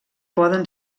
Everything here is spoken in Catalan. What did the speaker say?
poden